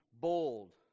bold